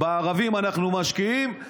בערבים אנחנו משקיעים,